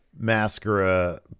Mascara